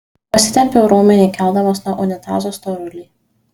pasitempiau raumenį keldamas nuo unitazo storulį